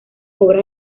obras